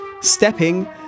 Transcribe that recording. Stepping